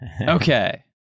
Okay